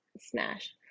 smash